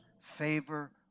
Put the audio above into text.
favor